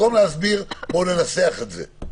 במקום להסביר, לנסח את זה.